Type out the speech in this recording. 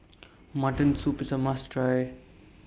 Mutton Soup IS A must Try